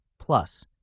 plus